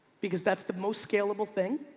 because that's the most scalable thing.